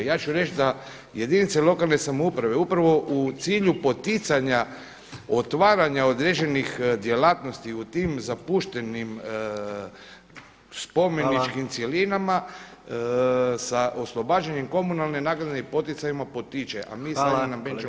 Ja ću reći da jedinice lokalne samouprave upravo u cilju poticanja otvaranja određenih djelatnosti u tim zapuštenim spomeničkim cjelinama sa oslobađanjem komunalne naknade i poticajima potiče [[Upadica Jandroković: Hvala kolega Demetlika.]] a mi … Hvala lijepa.